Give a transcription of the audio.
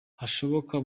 hashoboka